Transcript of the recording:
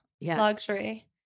luxury